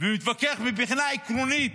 ומתווכח מבחינה עקרונית